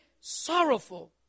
sorrowful